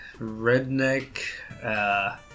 Redneck